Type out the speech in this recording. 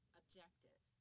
objective